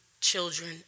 children